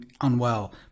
unwell